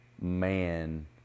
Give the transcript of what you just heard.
man